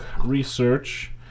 research